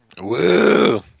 Woo